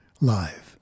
live